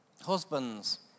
Husbands